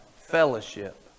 fellowship